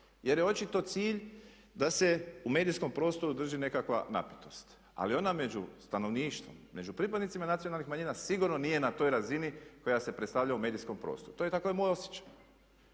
jer je očito cilj da se u medijskom prostoru drži nekakva napetost. Ali ona među stanovništvom, među pripadnicima nacionalnih manjina sigurno nije na toj razini koja se predstavlja u medijskom prostoru. To je, takav je moj osjećaj.